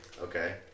Okay